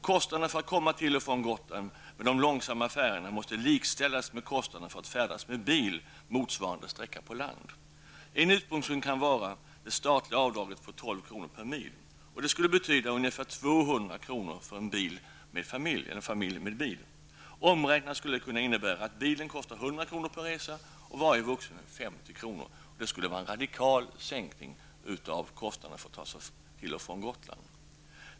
Kostnaden för att komma till och från Gotland med de långsamma färjorna måste likställas med kostnaden att färdas med bil motsvarande sträcka på land. En utgångspunkt kan vara det statliga avdraget på 12 kr. per mil. Det skulle betyda ungefär 200 kr. för en familj med bil. Omräknat skulle det kunna innebära att bilen kostar 100 kr. per resa och varje vuxen passagerare 50 kr. Det skulle vara en radikal sänkning av kostnaderna för att ta sig till och från Gotland.